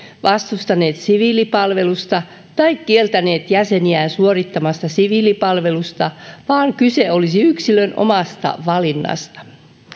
vastustaneet siviilipalvelusta tai kieltäneet jäseniään suorittamasta siviilipalvelusta vaan kyse olisi yksilön omasta valinnasta